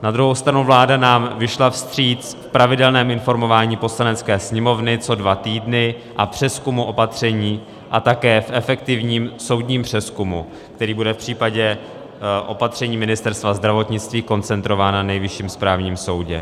Na druhou stranu vláda nám vyšla vstříc v pravidelném informování Poslanecké sněmovny co dva týdny a přezkumu opatření a také v efektivním soudním přezkumu, který bude v případě opatření Ministerstva zdravotnictví koncentrován na Nejvyšším správním soudě.